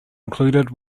included